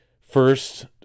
first